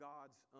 God's